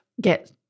get